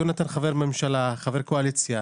יונתן חבר ממשלה, חבר קואליציה,